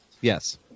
Yes